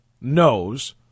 knows